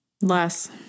Less